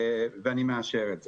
ואני מאשר את זה.